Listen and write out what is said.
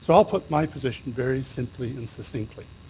so i'll put my position very simply and so simply